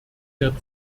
der